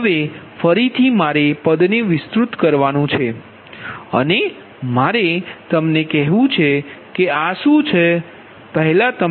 હવે ફરીથી મારે પદ ને વિસ્તૃત કરવાનું છે અને મારે તમને કહેવું છે કે આ શું છે પહેલા તમને કહીશ